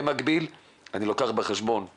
במקביל אני לוקח בחשבון את